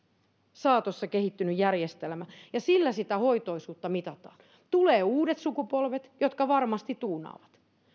saatossa kehittynyt järjestelmä ja sillä sitä hoitoisuutta mitataan tulee uudet sukupolvet jotka varmasti tuunaavat